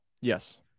Yes